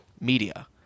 media